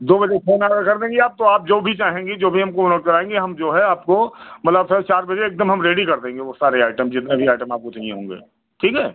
दो बजे फोन अगर कर देंगी आप तो आप जो भी चाहेंगी जो भी हमको नोट कराएँगी हम जो है आपको मतलब फ्रेस चार बजे एक दम हम रेडी कर देंगे वह सारे आइटम जितने भी आइटम आपको चाहिए होंगे ठीक है